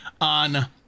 on